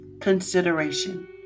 consideration